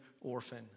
orphan